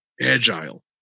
agile